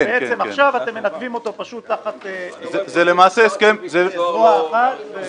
ובעצם עכשיו אתם מנתבים אותו פשוט תחת זרוע אחת.